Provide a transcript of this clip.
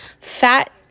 Fat